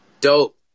Dope